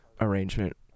arrangement